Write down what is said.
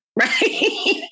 Right